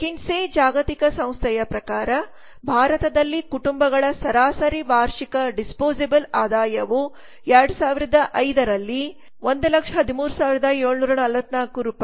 McKinsey ಜಾಗತಿಕ ಸಂಸ್ಥೆಯ ಪ್ರಕಾರ ಭಾರತದಲ್ಲಿ ಕುಟುಂಬಗಳ ಸರಾಸರಿ ವಾರ್ಷಿಕ ಡಿಸ್ಪೋಸಬಲ್ ಆದಾಯವು ರೂ